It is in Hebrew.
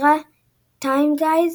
שנקרא טימגייסט,